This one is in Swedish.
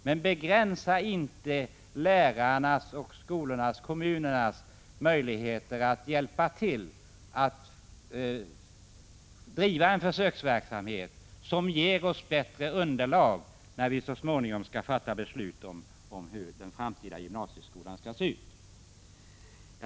Men begränsa inte lärarnas, skolornas och kommunernas möjligheter att hjälpa till att bedriva en försöksverksamhet som ger oss bättre underlag när vi så småningom skall fatta beslut om hur den framtida gymnasieskolan skall se ut!